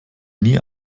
nie